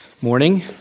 Morning